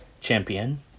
champion